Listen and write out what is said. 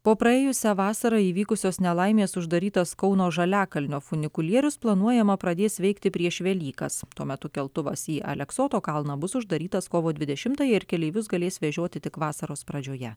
po praėjusią vasarą įvykusios nelaimės uždarytas kauno žaliakalnio funikulierius planuojama pradės veikti prieš velykas tuo metu keltuvas į aleksoto kalną bus uždarytas kovo dvidešimtąją ir keleivius galės vežioti tik vasaros pradžioje